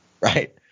Right